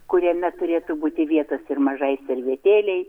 kuriame turėtų būti vietos ir mažai servetėlei